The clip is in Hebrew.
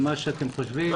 לא.